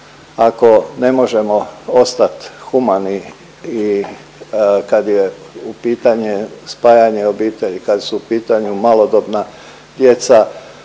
Ako ne možemo ostat humani i kad je u pitanje spajanje obitelji, kad su u pitanju malodobna djeca